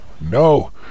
no